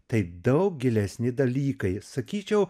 tai daug gilesni dalykai sakyčiau